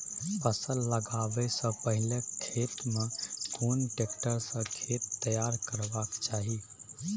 फसल लगाबै स पहिले खेत में कोन ट्रैक्टर स खेत तैयार करबा के चाही?